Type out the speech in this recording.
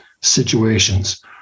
situations